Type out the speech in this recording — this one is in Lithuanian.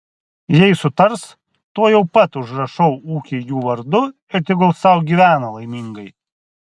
jei sutars tuojau pat užrašau ūkį jų vardu ir tegul sau gyvena laimingai